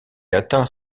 atteint